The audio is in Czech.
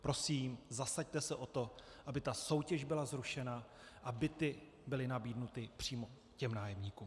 Prosím, zasaďte se o to, aby ta soutěž byla zrušena a byty byly nabídnuty přímo těm nájemníkům.